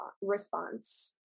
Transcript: response